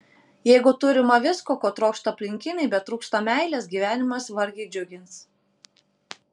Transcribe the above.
jeigu turima visko ko trokšta aplinkiniai bet trūksta meilės gyvenimas vargiai džiugins